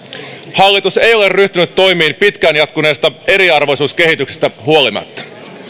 hallitus ei ole ryhtynyt toimiin pitkään jatkuneesta eriarvoisuuskehityksestä huolimatta